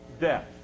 Death